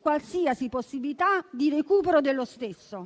qualsiasi possibilità di recupero degli stessi.